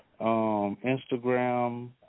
Instagram